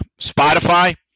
Spotify